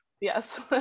yes